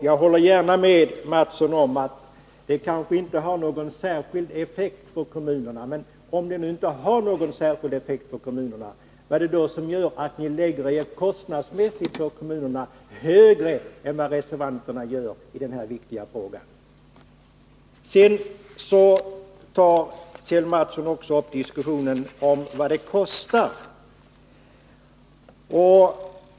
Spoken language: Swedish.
Jag håller gärna med Kjell Mattsson om att det kanske inte blir någon särskild effekt på kommunerna. Men om så är fallet, vad är det då som gör att ert förslag kostnadsmässigt är högre för kommunerna än reservanternas, i denna viktiga fråga? i; Vidare tar Kjell Mattsson upp diskussionen om vad förslagets genomförande skulle kosta.